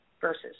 versus